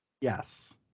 Yes